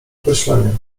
określenie